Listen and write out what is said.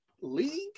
League